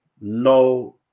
No